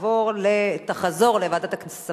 (שיעור מזערי של דמי ניהול),